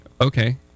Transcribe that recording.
Okay